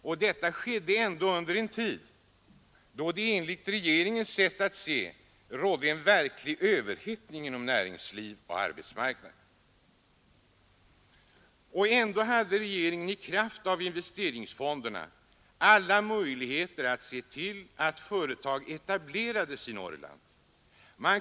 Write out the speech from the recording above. Och detta skedde ändå under en tid då det enligt regeringens sätt att se rådde en verklig överhettning inom näringsliv och arbetsmarknad. Ändå hade regeringen i kraft av investeringsfonderna alla möjligheter att se till att företag etablerades i Norrland.